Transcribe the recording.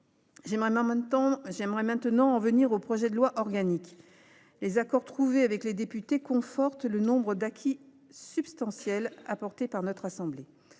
souhaiterais maintenant en venir au projet de loi organique. L’accord trouvé avec les députés conforte le nombre d’acquis substantiels apportés par notre assemblée.